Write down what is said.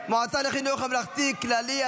מועצה לחינוך ממלכתי כללי),